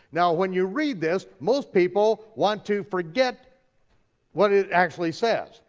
now, when you read this, most people want to forget what it actually says.